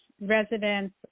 residents